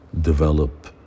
develop